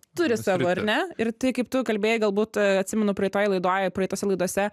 turi savo ar ne ir tai kaip tu kalbėjai galbūt atsimenu praeitoj laidoj praeitose laidose